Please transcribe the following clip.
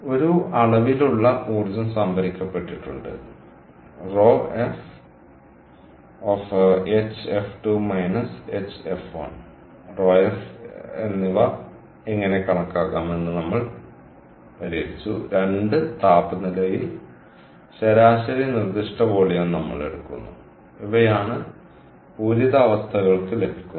ഒരു അളവിലുള്ള ഊർജ്ജം സംഭരിക്കപ്പെട്ടിട്ടുണ്ട് ρf ρf എന്നിവ എങ്ങനെ കണക്കാക്കാം എന്ന് നമ്മൾ പരിഹരിച്ചു 2 താപനിലയിൽ ശരാശരി നിർദിഷ്ട വോളിയം നമ്മൾ എടുക്കുന്നു ഇവയാണ് പൂരിത അവസ്ഥകൾക്ക് ലഭിക്കുന്നത്